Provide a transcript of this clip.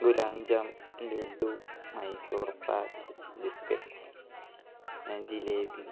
ഗുലാഞ്ചാം laddu Mysore pak biscuits jalebi